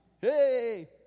Hey